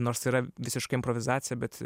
nors tai yra visiška improvizacija bet